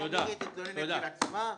היא תתלונן אצל עצמה.